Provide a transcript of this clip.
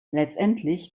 letztendlich